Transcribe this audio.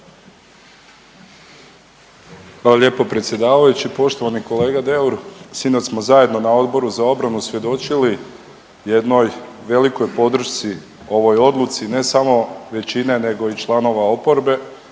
Hvala lijepo predsjedavajući. Poštovani kolega Deur. Sinoć smo zajedno na Odboru za obranu svjedočili jednoj velikoj podršci ovoj odluci, ne samo većine nego i članove oporbe